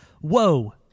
Whoa